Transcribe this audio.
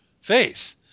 faith